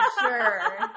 sure